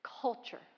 culture